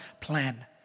plan